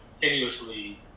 continuously